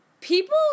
people